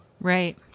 Right